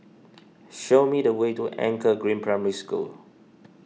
show me the way to Anchor Green Primary School